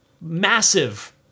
massive